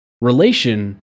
relation